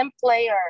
player